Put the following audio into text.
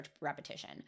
repetition